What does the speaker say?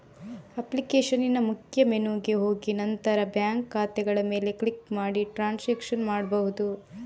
ಅಪ್ಲಿಕೇಶನಿನ ಮುಖ್ಯ ಮೆನುಗೆ ಹೋಗಿ ನಂತರ ಬ್ಯಾಂಕ್ ಖಾತೆಗಳ ಮೇಲೆ ಕ್ಲಿಕ್ ಮಾಡಿ ಟ್ರಾನ್ಸಾಕ್ಷನ್ ಮಾಡ್ಬಹುದು